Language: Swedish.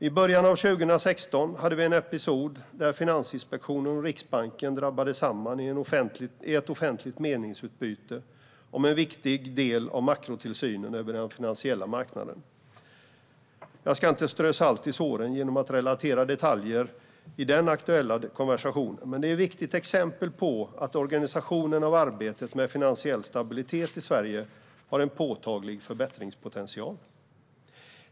I början av 2016 drabbade Finansinspektionen och Riksbanken samman i ett offentligt meningsutbyte om en viktig del av makrotillsynen över den finansiella marknaden. Jag ska inte strö salt i såren genom att återge detaljer i den aktuella konversationen, men det är ett viktigt exempel på att organisationen av arbetet med finansiell stabilitet i Sverige har en påtaglig förbättringspotential.